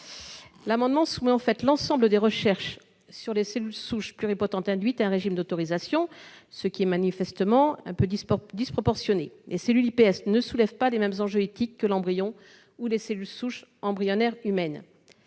85 tend à soumettre l'ensemble des recherches sur les cellules souches pluripotentes induites à un régime d'autorisation, ce qui est manifestement disproportionné : les cellules iPS ne soulèvent pas les mêmes enjeux éthiques que l'embryon ou les cellules souches embryonnaires humaines.